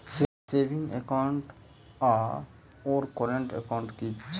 Saving account आओर current account की छैक?